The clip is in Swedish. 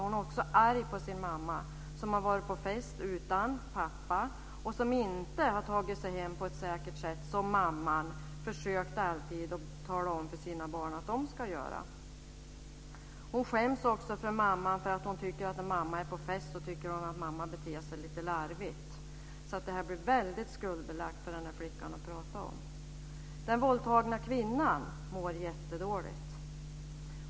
Hon är också arg på sin mamma som har varit på fest utan pappa och som inte har tagit sig hem på ett säkert sätt, något som mamman alltid försökt att tala om för sina barn att de ska göra. Hon skäms också för mamman, eftersom hon tycker att mamman beter sig lite larvigt när hon är på fest. Det blir väldigt skuldbelagt för flickan att prata om detta. Den våldtagna kvinnan mår jättedåligt.